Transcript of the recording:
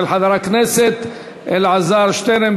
של חבר הכנסת אלעזר שטרן,